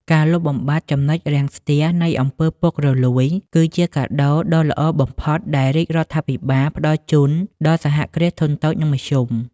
ការលុបបំបាត់ ចំណុចរាំងស្ទះ នៃអំពើពុករលួយ គឺជាកាដូដ៏ល្អបំផុតដែលរាជរដ្ឋាភិបាលផ្ដល់ជូនដល់សហគ្រាសធុនតូច និងមធ្យម។